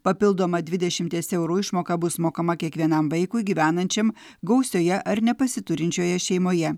papildoma dvidešimties eurų išmoka bus mokama kiekvienam vaikui gyvenančiam gausioje ar nepasiturinčioje šeimoje